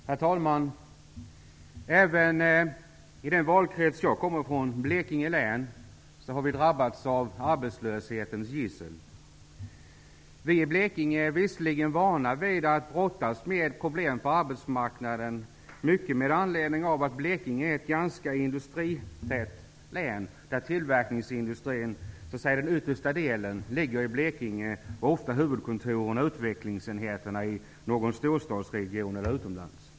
Herr talman! Även i den valkrets som jag kommer ifrån, Blekinge län, har vi drabbats av arbetslöshetens gissel. Vi i Blekinge är visserligen vana vid att brottas med problem på arbetsmarknaden, mycket med anledning av att Blekinge är ett ganska industritätt län. Tillverkningsindustrin ligger ofta i Blekinge medan huvudkontoren och utvecklingsenheterna ligger i någon storstadsregion eller utomlands.